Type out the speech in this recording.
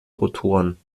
rotoren